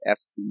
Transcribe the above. FC